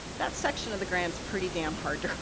that section of the grant's pretty damn hard to